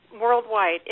Worldwide